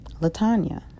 Latanya